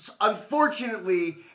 unfortunately